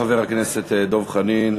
תודה, חבר הכנסת דב חנין.